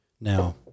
Now